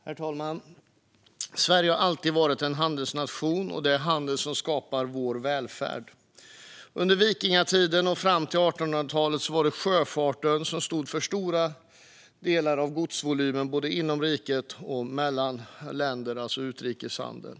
Herr talman! Sverige har alltid varit en handelsnation, och det är handel som skapar vår välfärd. Under vikingatiden och fram till 1800-talet var det sjöfarten som stod för de stora godsvolymerna både inom riket och mellan länder, alltså i utrikeshandeln.